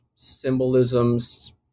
Symbolisms